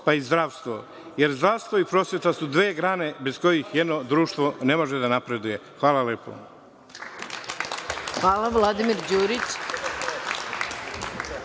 pa i zdravstvo, jer zdravstvo i prosveta su dve grane bez kojih jedno društvo ne može da napreduje. Hvala lepo. **Maja Gojković**